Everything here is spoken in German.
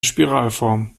spiralform